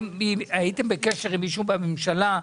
הייתם בקשר עם מישהו בממשלה?